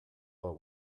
but